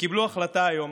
וקיבלו החלטה היום,